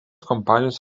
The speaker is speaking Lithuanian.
kompanijos